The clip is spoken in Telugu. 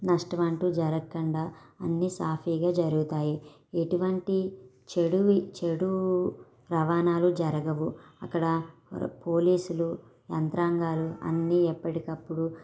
నష్టమంటూ జరగకుండా అన్ని సాఫీగా జరుగుతాయి ఇటువంటి చెడువి చెడు రవాణాలు జరగవు అక్కడ పోలీసులు యంత్రాంగాలు అన్నీ ఎప్పటికప్పుడు